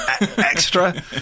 extra